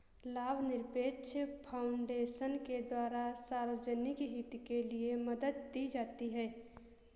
लाभनिरपेक्ष फाउन्डेशन के द्वारा सार्वजनिक हित के लिये मदद दी जाती है